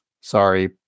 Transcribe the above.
Sorry